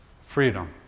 freedom